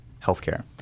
healthcare